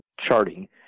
charting